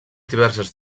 diverses